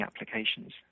applications